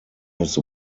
his